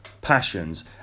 passions